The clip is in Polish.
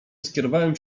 skierowałem